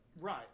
right